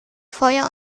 feuer